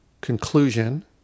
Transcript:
conclusion